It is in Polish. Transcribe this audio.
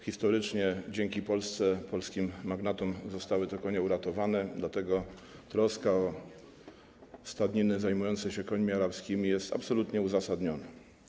Historycznie dzięki Polsce, polskim magnatom zostały te konie uratowane, dlatego troska o stadniny zajmujące się końmi arabskimi jest absolutnie uzasadniona.